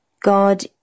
God